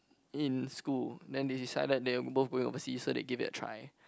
in school then they decided they are both going overseas so they give it a try